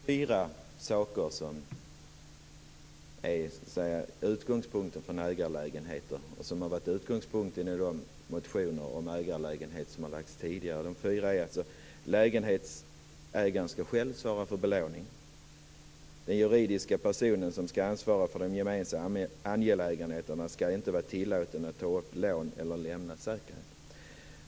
Fru talman! Det finns alltså fyra utgångspunkter för ägarlägenheter. De har varit utgångspunkter i de motioner om ägarlägenheter som har väckts tidigare. För det första skall ägaren själv svara för belåning. Den juridiska personen som skall ansvara för de gemensamma angelägenheterna skall inte vara tillåten att ta upp lån eller lämna säkerhet.